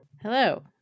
Hello